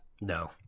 no